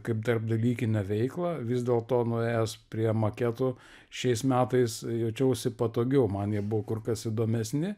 kaip tarpdalykinę veiklą vis dėlto nuėjęs prie maketų šiais metais jaučiausi patogiau man jie buvo kur kas įdomesni